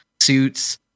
suits